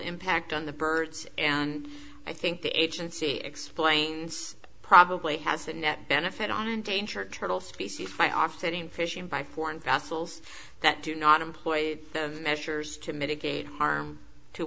impact on the birds and i think the agency explains probably has a net benefit on danger turtle species by offsetting fishing by foreign castles that do not employ measures to mitigate harm to